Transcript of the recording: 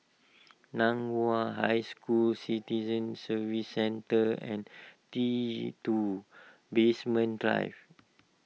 Nan Hua High School Citizen Services Centre and T two Basement Drive